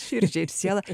širdžiai ir siela